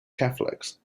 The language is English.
catholics